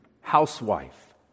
housewife